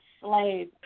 Slave